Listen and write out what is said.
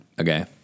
Okay